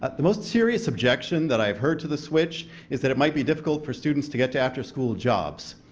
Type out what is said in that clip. ah the most serious objection that i've heard to the switch is that it might be difficult for students to get to afterschool jobs.